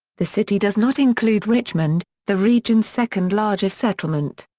the city does not include richmond, the region's second-largest settlement.